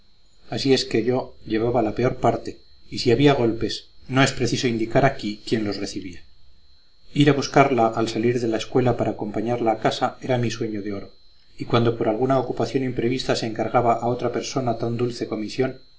así es que yo llevaba la peor parte y si había golpes no es preciso indicar aquí quién los recibía ir a buscarla al salir de la escuela para acompañarla a casa era mi sueno de oro y cuando por alguna ocupación imprevista se encargaba a otra persona tan dulce comisión